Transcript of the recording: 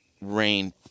Rain